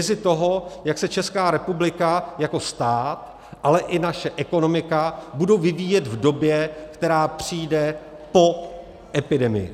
Vizi toho, jak se Česká republika jako stát, ale i naše ekonomika budou vyvíjet v době, která přijde po epidemii.